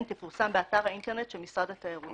תפורסם באתר האינטרנט של משרד התיירות.